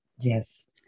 Yes